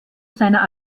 seiner